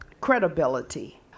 credibility